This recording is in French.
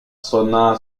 sonna